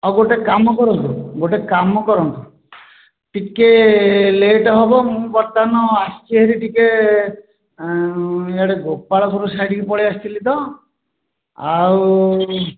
ହେଉ ଗୋଟିଏ କାମ କରନ୍ତୁ ଗୋଟିଏ କାମ କରନ୍ତୁ ଟିକିଏ ଲେଟ ହେବ ମୁଁ ବର୍ତ୍ତମାନ ଆସିଛି ହେରି ଟିକେ ଇଆଡେ ଗୋପାଳପୁର ସାଇଡକୁ ପଳାଇଆସିଥିଲି ତ ଆଉ